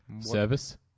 Service